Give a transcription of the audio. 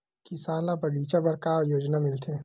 किसान ल बगीचा बर का योजना मिलथे?